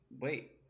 wait